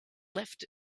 left